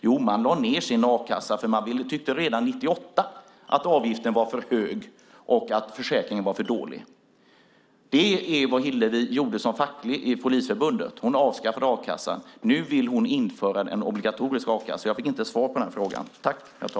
Jo, man lade ned sin a-kassa, för man tyckte redan 1998 att avgiften var för hög och att försäkringen var för dålig. Det är vad Hillevi gjorde som fackligt aktiv i Polisförbundet; hon avskaffade a-kassan. Nu vill hon införa en obligatorisk a-kassa. Jag fick inte svar på min fråga.